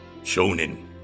Shonen